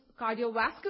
cardiovascular